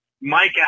Mike